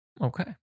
Okay